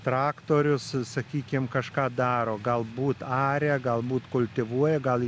traktorius sakykim kažką daro galbūt aria galbūt kultivuoja gal